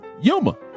Yuma